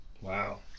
wow